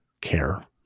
care